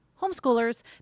homeschoolers